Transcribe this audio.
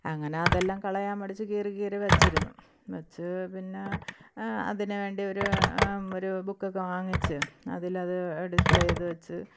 അങ്ങനെ അതെല്ലാം കളയാൻ മടിച്ച് കീറി കീറി വെച്ചിരുന്നു വെച്ച് പിന്നെ അതിന് വേണ്ട ഒരു ബുക്ക് ഒക്കെ വാങ്ങിച്ച് അതിൽ അത് ഡിസ്പ്ലേ ചെയ്ത് വെച്ച്